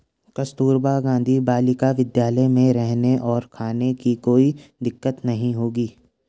कस्तूरबा गांधी बालिका विद्यालय में रहने और खाने की कोई दिक्कत नहीं होगी